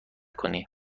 کنی